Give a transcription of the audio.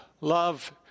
love